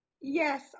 Yes